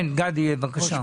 כן, גדי, בבקשה.